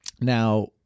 Now